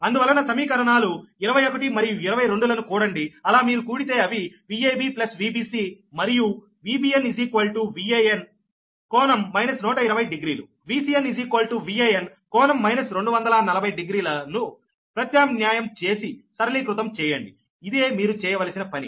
అందువలన సమీకరణాలు 21 మరియు 22 ల ను కూడండి అలా మీరు కూడితే అవి Vab Vbc మరియు Vbn Van ∟ 120 డిగ్రీలుVcn Van ∟ 240 డిగ్రీల ను ప్రత్యామ్న్యాయం చేసి సరళీకృతం చేయండి ఇదే మీరు చేయవలసిన పని